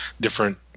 different